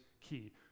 key